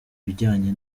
bijyanye